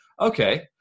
Okay